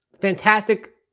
Fantastic